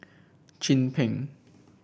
Chin Peng